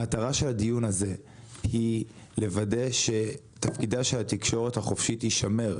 המטרה של הדיון הזה היא לוודא שתפקידה של התקשורת החופשית יישמר.